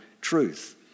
truth